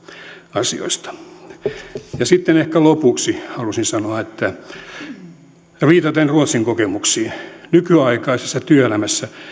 asioista sitten ehkä lopuksi haluaisin sanoa viitaten ruotsin kokemuksiin että nykyaikaisessa työelämässä